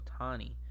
Otani